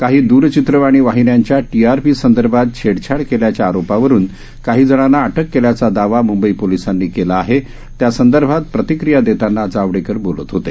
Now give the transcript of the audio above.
काही द्रचित्रावणी वाहिन्यांच्या टी आर पी संदर्भात छेडछाड केल्याच्या आरोपावरून काही जणांना अटक केल्याचा दावा मूंबई पोलिसांनी केला आहे त्या संदर्भात प्रतिक्रिया देताना जावडेकर बोलत होते